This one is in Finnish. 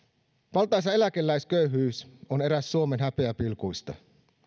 valtaisa eläkeläisköyhyys on eräs suomen häpeäpilkuista